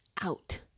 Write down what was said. Out